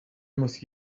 muss